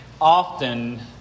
often